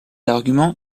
argument